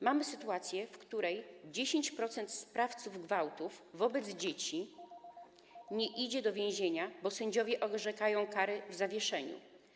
Mamy sytuację, w której 10% sprawców gwałtów wobec dzieci nie idzie do więzienia, bo sędziowie orzekają kary w zawieszeniu.